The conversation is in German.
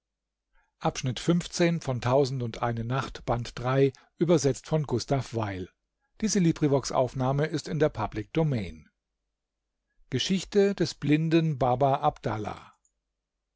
benehmen des blinden